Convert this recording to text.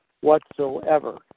whatsoever